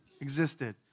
existed